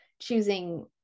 Choosing